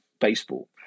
baseball